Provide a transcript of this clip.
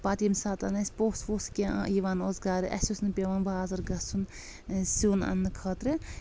پتہٕ ییٚمہِ ساتن اسہِ پوٚژھ ووٚژھ یِوان اوس گرٕ اسہِ اوس نہٕ پٮ۪وان بازر گژھُن سیُن اننہٕ خٲطرٕ